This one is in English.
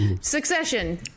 Succession